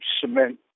cement